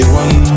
one